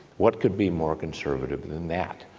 what could be more conservative than that?